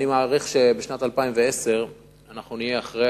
אני מעריך שבשנת 2010 אנחנו נהיה אחרי